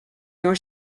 your